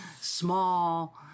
small